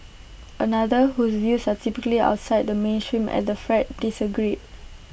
another whose views are typically outside the mainstream at the Fred disagreed